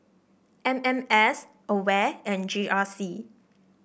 M M S Aware and G R C